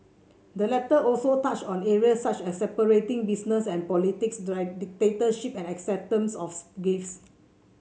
the letter also touched on areas such as separating business and politics directorships and acceptance of gifts